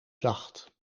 zacht